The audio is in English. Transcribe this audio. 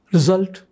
Result